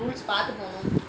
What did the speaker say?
rules பார்த்துப் போங்க